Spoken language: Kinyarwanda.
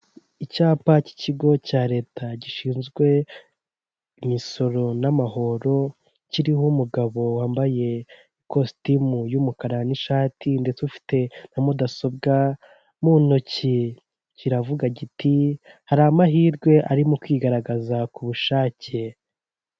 Icyapa cy'ikigo cya leta gishinzwe imisoro n'amahoro kiriho umugabo wambaye ikositimu y'umukara n'ishati ndetse ufite na mudasobwa mu ntoki, kiravuga kiti hari amahirwe arimo kwigaragaza ku bushake.